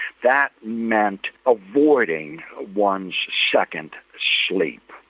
that meant avoiding one's second sleep.